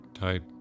Tight